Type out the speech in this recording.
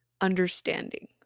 understanding